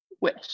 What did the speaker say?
wish